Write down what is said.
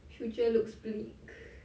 future looks bleak